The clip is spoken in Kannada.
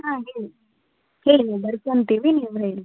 ಹಾಂ ಹೇಳಿ ಹೇಳಿ ನೀವು ಬರ್ಕೊತೀವಿ ನೀವು ಹೇಳಿ